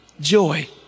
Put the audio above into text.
joy